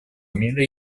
мира